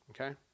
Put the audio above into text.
okay